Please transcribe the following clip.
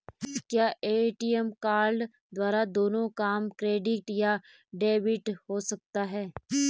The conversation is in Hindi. क्या ए.टी.एम कार्ड द्वारा दोनों काम क्रेडिट या डेबिट हो सकता है?